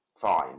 fine